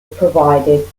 provided